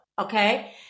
okay